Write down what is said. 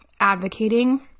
advocating